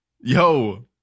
yo